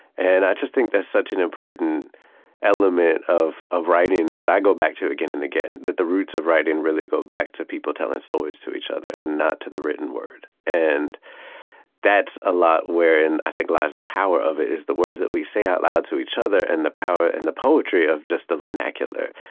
and i just think that's such an important element of of writing that i go back to again and again that the roots of writing really go back to people telling stories to each other and not to the written word. and that's a lot wherein, i think, lies the power of it, is the words that we say out loud to each other and the power and the poetry of just the vernacular.